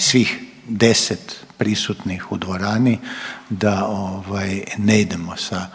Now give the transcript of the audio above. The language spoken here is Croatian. svih 10 prisutnih u dvorani da ne idemo sa